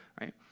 right